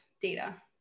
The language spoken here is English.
data